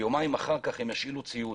ויומיים אחר כך ישאילו ציוד,